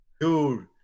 dude